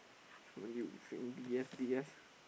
when you B F D F